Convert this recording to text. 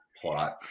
plot